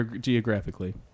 geographically